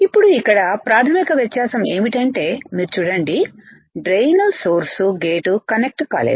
ఇప్పుడు ఇక్కడ ప్రాథమిక వ్యత్యాసం ఏమిటంటే మీరు చూడండి డ్రెయిన్ సోర్స్ గేట్ కనెక్ట్ కాలేదు